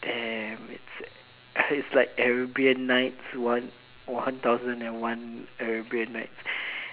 damn it's like Arabian Nights one one thousand and one Arabian Nights